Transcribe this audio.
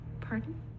Pardon